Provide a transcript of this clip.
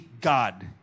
God